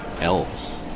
elves